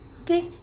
Okay